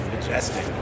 majestic